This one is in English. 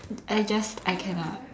I guess I cannot